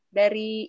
dari